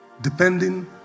depending